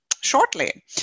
shortly